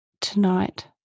Tonight